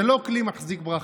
זה לא כלי מחזיק ברכה.